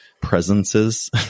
presences